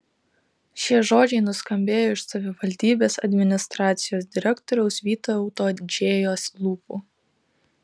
šie žodžiai nuskambėjo iš savivaldybės administracijos direktoriaus vytauto džėjos lūpų